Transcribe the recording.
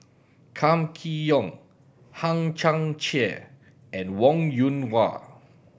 Kam Kee Yong Hang Chang Chieh and Wong Yoon Wah